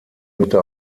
mitte